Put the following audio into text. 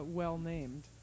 well-named